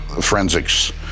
Forensics